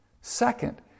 Second